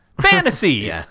fantasy